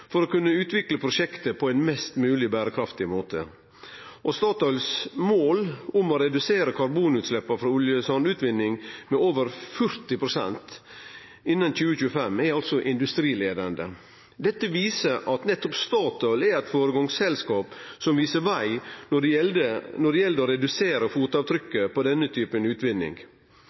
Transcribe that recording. for å kunne utvikle prosjektet på ein mest mogleg berekraftig måte. Statoils mål om å redusere karbonutsleppa frå oljesandutvinning med over 40 pst. innan 2025 er altså industrileiande. Dette viser at nettopp Statoil er eit føregangsselskap som viser veg når det gjeld å redusere fotavtrykket på denne typen utvinning.